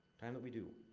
time that we do.